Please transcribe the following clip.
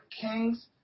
kings